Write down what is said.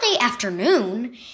afternoon